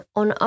on